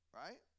right